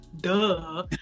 Duh